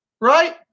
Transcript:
Right